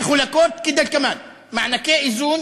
שמחולקים כדלקמן: מענקי איזון,